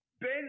Ben